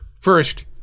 First